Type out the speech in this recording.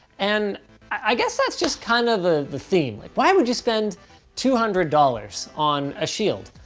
and i guess that's just kind of the the theme. like why would you spend two hundred dollars on a shield?